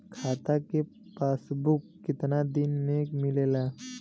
खाता के पासबुक कितना दिन में मिलेला?